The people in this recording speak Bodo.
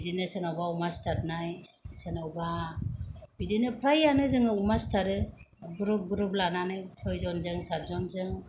बिदिनो सोरनावबा अमा सिथारनाय सोरनावबा बिदिनो फ्रायानो जोङो अमा सिथारो ग्रुप ग्रुप लानानै सयजनजों साथजनजों